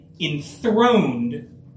enthroned